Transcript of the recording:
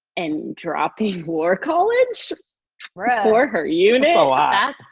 and dropping war college for her you know ah